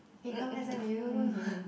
hey come s_m_u